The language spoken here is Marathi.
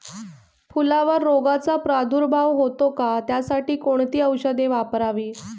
फुलावर रोगचा प्रादुर्भाव होतो का? त्यासाठी कोणती औषधे वापरावी?